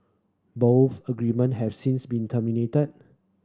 both agreement have since been